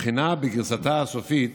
הבחינה בגרסתה הסופית